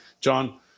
John